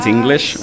English